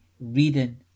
reading